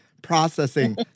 processing